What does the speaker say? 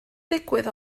digwydd